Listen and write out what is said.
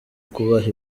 kubaha